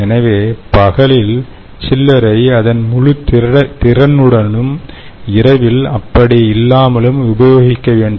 எனவே பகலில் சில்லரை அதன் முழுத் திறனுடனும் இரவில் அப்படி இல்லாமலும் உபயோகிக்க வேண்டும்